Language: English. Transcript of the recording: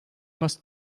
must